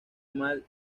mal